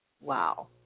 Wow